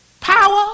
power